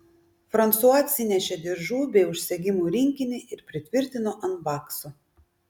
fransua atsinešė diržų bei užsegimų rinkinį ir pritvirtino ant bakso